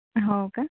हो का